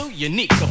Unique